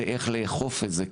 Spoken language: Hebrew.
זה איך לאכוף את זה,